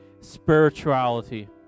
Spirituality